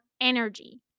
energy